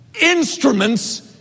instruments